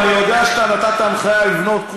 אני יודע שנתת הנחיה לבנות,